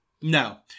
No